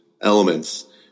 elements